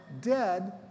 dead